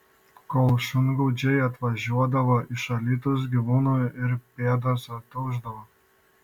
kol šungaudžiai atvažiuodavo iš alytaus gyvūnų ir pėdos ataušdavo